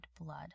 blood